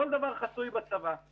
כל דבר בצבא חסוי.